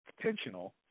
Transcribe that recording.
intentional